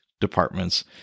departments